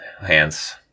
hands